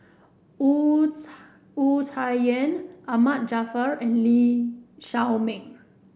Wu Tsai Wu Tsai Yen Ahmad Jaafar and Lee Shao Meng